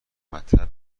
مطب